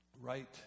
right